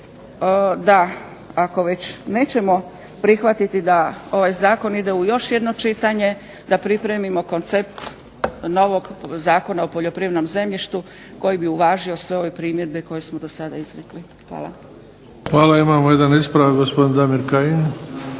da ako već nećemo prihvatiti da ovaj zakon ide u još jedno čitanje da pripremimo koncept novog Zakona o poljoprivrednom zemljištu koji bi uvažio sve ove primjedbe koje smo do sada izrekli. Hvala. **Bebić, Luka (HDZ)** Hvala. Imamo jedan ispravak gospodin Damir Kajin.